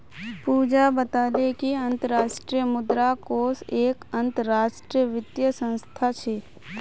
पूजा बताले कि अंतर्राष्ट्रीय मुद्रा कोष एक अंतरराष्ट्रीय वित्तीय संस्थान छे